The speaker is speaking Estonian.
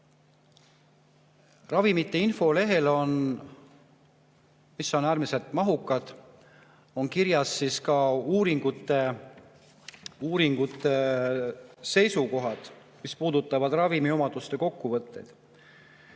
Ravimite infolehtedel, mis on äärmiselt mahukad, on kirjas ka uuringute seisukohad, mis puudutavad ravimi omaduste kokkuvõtteid.